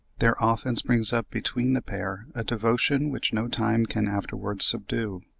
there often springs up between the pair a devotion which no time can afterwards subdue.